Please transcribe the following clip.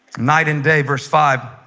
night and day verse five